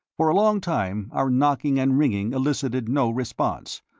for a long time our knocking and ringing elicited no response.